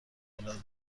العاده